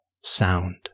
sound